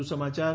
વધુ સમાચાર